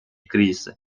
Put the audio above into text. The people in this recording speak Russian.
кризиса